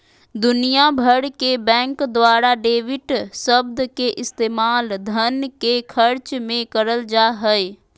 दुनिया भर के बैंक द्वारा डेबिट शब्द के इस्तेमाल धन के खर्च मे करल जा हय